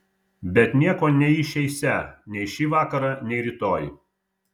bet nieko neišeisią nei šį vakarą nei rytoj